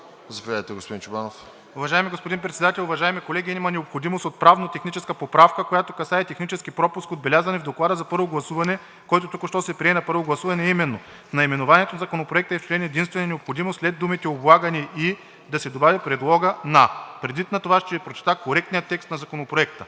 ДОКЛАДЧИК ПЕТЪР ЧОБАНОВ: Уважаеми господин Председател, уважаеми колеги! Има необходимост от правно техническа поправка, която касае технически пропуск. Отбелязан е в Доклада за първо гласуване, който току-що се прие на първо гласуване, а именно: наименованието в Законопроекта е в член единствен, където е необходимо след думите „облагани и“ да се добави предлогът „на“. Предвид на това ще Ви прочета коректния текст на Законопроекта: